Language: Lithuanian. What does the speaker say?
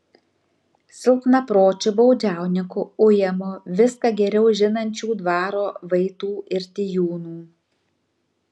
silpnapročiu baudžiauninku ujamu viską geriau žinančių dvaro vaitų ir tijūnų